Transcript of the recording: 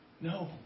No